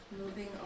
Moving